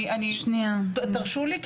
תרשו לי,